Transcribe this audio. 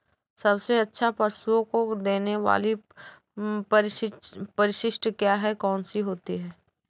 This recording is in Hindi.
सबसे अच्छा पशुओं को देने वाली परिशिष्ट क्या है? कौन सी होती है?